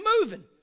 moving